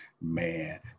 man